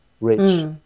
rich